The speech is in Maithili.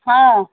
हँ